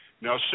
Now